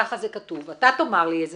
אתה תאמר לי איזה